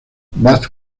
bat